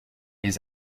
les